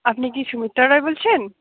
আপনি কি সুমিত্রা রায় বলছেন